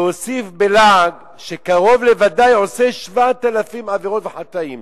והוסיף בלעג שקרוב לוודאי הוא עושה 7,000 עבירות וחטאים.